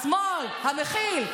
השמאל המכיל,